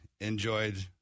enjoyed